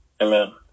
Amen